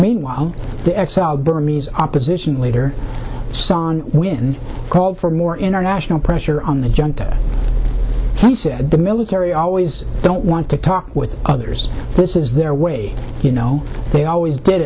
meanwhile the exiled burmese opposition leader when called for more international pressure on the junk he said the military always don't want to talk with others this is their way you know they always did